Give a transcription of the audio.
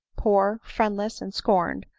poor, friendless, and scorned,